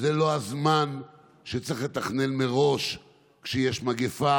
זה לא הזמן שצריך לתכנן מראש כשיש מגפה